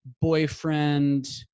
boyfriend